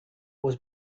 was